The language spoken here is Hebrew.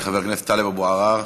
חבר הכנסת טלב אבו עראר,